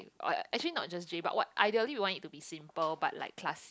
uh actually not just J but what ideally we want it to be simple but like class